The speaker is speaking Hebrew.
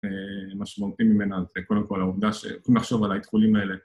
משמעותי מבין ה...זה, ‫קודם כול העובדה ש... ‫אם נחשוב על האיתחולים האלה.